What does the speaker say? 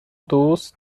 دوست